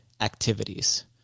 activities